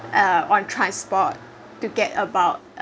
uh on transport to get about